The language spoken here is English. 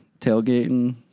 tailgating